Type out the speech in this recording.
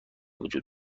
وجود